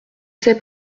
sais